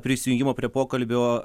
prisijungimo prie pokalbio